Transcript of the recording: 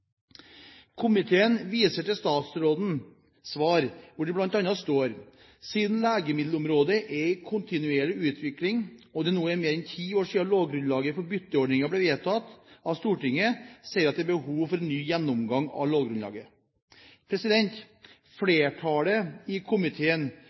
Komiteen viser til statsrådens svar, hvor det bl.a. står: «Siden legemiddelområdet er i kontinuerlig utvikling og det nå er mer enn ti år siden lovgrunnlaget for bytteordningen ble vedtatt av Stortinget, ser jeg at det er behov for en ny gjennomgang av lovgrunnlaget.»